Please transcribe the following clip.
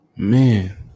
Man